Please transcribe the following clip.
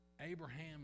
Abraham